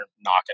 knocking